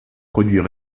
produits